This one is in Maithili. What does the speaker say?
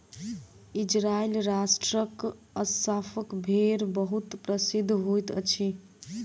इजराइल राष्ट्रक अस्साफ़ भेड़ बहुत प्रसिद्ध होइत अछि